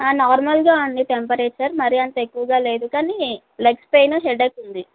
నార్మల్గా ఉంది టెంపరేచర్ మరి అంత ఎక్కువగా లేదు కానీ లెగ్ ప్లైన్ను హెడేక్ ఉంది